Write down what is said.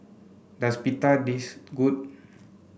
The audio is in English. does Pita taste good